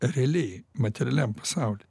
realiai materialiam pasauly